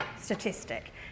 statistic